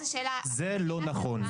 זה לא נכון.